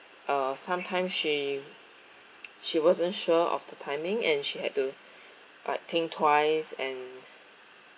uh sometimes she she wasn't sure of the timing and she had to like think twice and